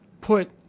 put